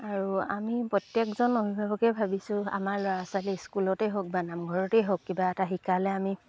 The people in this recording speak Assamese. আৰু আমি প্ৰত্যেকজন অভিভাৱকেই ভাবিছোঁ আমাৰ ল'ৰা ছোৱালী স্কুলতেই হওক বা নামঘৰতেই হওক কিবা এটা শিকালে আমি